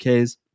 Ks